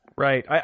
Right